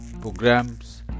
programs